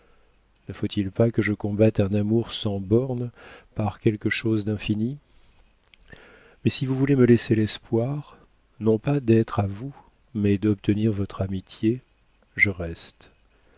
ne faut-il pas que je combatte un amour sans bornes par quelque chose d'infini mais si vous voulez me laisser l'espoir non pas d'être à vous mais d'obtenir votre amitié je reste